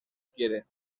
quiere